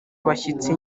bashyitsi